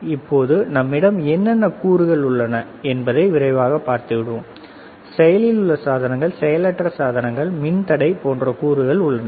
இப்போது நம்மிடம் என்னென்ன கூறுகள் உள்ளன என்பதை விரைவாக பார்த்துவிடுவோம் செயலில் உள்ள சாதனங்கள் செயலற்ற சாதனங்கள் மின்தடை போன்ற கூறுகள் உள்ளன